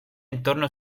entorno